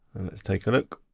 and let's take a look.